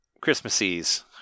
Christmases